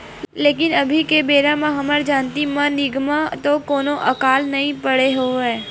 लेकिन अभी के बेरा म हमर जानती म निमगा तो कोनो अकाल नइ पड़े हवय